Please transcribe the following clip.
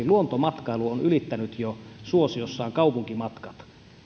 luontomatkailu on maailmanlaajuisesti jo ylittänyt suosiossaan kaupunkimatkat